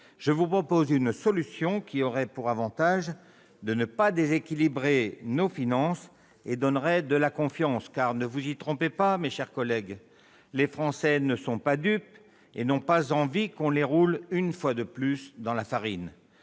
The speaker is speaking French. je vous propose une solution qui aurait pour avantage de ne pas déséquilibrer nos finances tout en créant de la confiance. Car ne vous y trompez pas, mes chers collègues, les Français ne sont pas dupes et n'ont pas envie qu'on les roule une fois de plus dans la farine